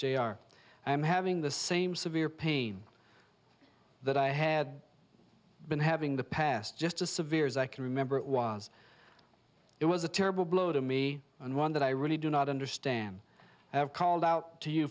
having the same severe pain that i had been having the past just as severe as i can remember it was it was a terrible blow to me and one that i really do not understand i have called out to you